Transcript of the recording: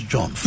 John